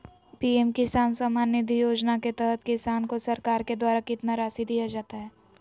PM Kisan Samman Nidhi Yojana के तहत किसान को सरकार के द्वारा कितना रासि दिया जाता है?